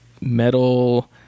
metal